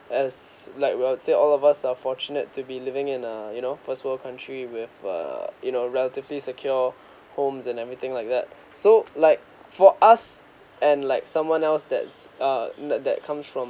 as like will say all of us are fortunate to be living in a you know first world country with uh you know relatively secure homes and everything like that so like for us and like someone else that's uh that that come from